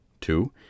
two